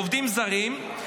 עובדים זרים,